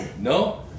No